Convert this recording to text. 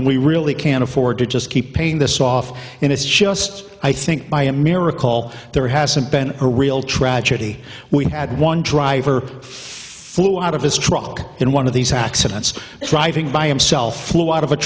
and we really can't afford to just keep paying this off and it's just i think by a miracle there hasn't been a real tragedy we had one driver flew out of his truck in one of these accidents driving by himself flew out of a